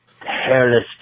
hairless